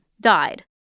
died